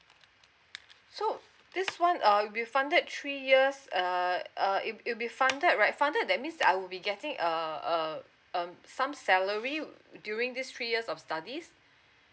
so this one ah will be funded three years uh uh it it will be funded right funded that means I will be getting a uh um some salary during this three years of studies